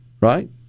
right